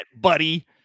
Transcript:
buddy